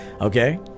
Okay